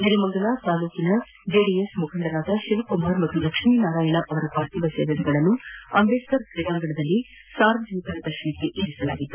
ನೆಲಮಂಗಲ ತಾಲೂಕಿನ ಜೆಡಿಎಸ್ ಮುಖಂಡರಾದ ಶಿವಕುಮಾರ್ ಹಾಗೂ ಲಕ್ಷ್ಮೀನಾರಾಯಣ ಅವರ ಪಾರ್ಥಿವ ಶರೀರವನ್ನು ಅಂಬೇಡ್ಕರ್ ಕ್ರೀಡಾಂಗಣದಲ್ಲಿ ಸಾರ್ವಜನಿಕರ ದರ್ಶನಕ್ಕೆ ವ್ಯವಸ್ಠೆ ಮಾಡಲಾಗಿತ್ತು